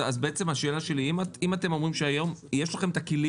השאלה שלי: אם אתם אומרים שהיום יש לכם את הכלים